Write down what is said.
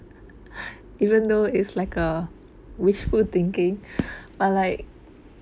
even though it's like a wishful thinking I like